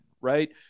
right